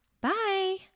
Bye